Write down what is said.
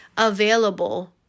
Available